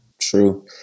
True